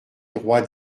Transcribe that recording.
droits